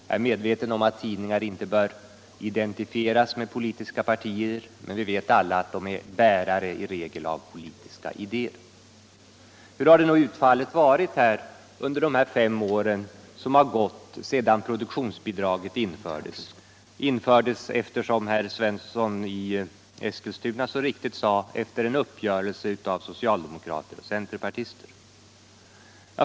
Jag är medveten om att tidningar inte bör identifieras med politiska partier, men vi vet alla att de i regel är bärare av politiska idéer. Hur har då utfallet varit under de fem år som gått sedan produktionsbidraget infördes efter — som herr Svensson i Eskilstuna så riktigt sade — en uppgörelse mellan socialdemokrater och centerpartister?